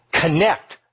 Connect